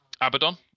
Abaddon